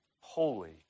holy